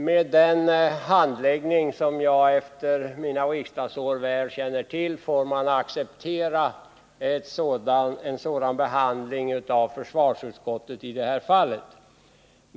Med den handläggning som är vanlig och som jag efter mina riksdagsår väl känner till får man acceptera en sådan behandling av försvarsutskottet i det här fallet.